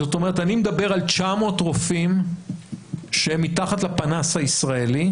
זאת אומרת אני מדבר על 900 רופאים שהם מתחת לפנס הישראלי,